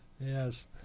Yes